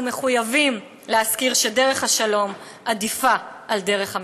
אנחנו מחויבים להזכיר שדרך השלום עדיפה על דרך המלחמה.